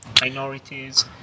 minorities